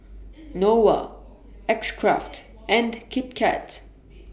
Nova X Craft and Kit Kat